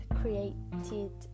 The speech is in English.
created